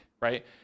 right